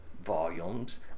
volumes